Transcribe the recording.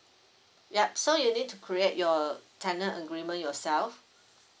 ya so you need to create your tenant agreement yourself